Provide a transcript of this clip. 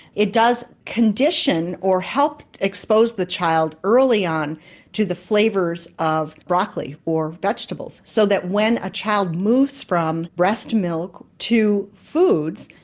it does condition or help expose the child early on to the flavours of broccoli or vegetables, so that when a child moves from breast milk to foods,